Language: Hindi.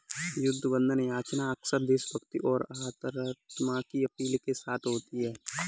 युद्ध बंधन याचना अक्सर देशभक्ति और अंतरात्मा की अपील के साथ होती है